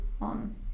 on